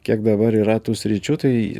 kiek dabar yra tų sričių tai